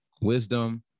wisdom